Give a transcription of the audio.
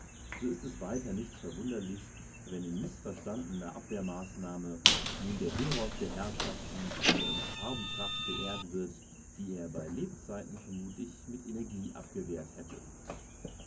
so ist es weiter nicht verwunderlich wenn in mißverstandener abwehrmaßnahme nun der heros der herrschaften mit einer farbenpracht beehrt wird die er bei lebzeiten vermutlich mit energie abgewehrt hätte